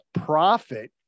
profit